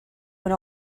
when